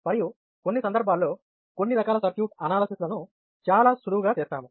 మరియు కొన్ని సందర్భాల్లో కొన్ని రకాల సర్క్యూట్ అనాలిసిస్ లను చాలా సులువుగా చేస్తాయి